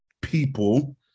people